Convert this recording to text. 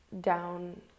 down